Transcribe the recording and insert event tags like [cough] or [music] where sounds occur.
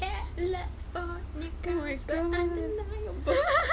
[noise]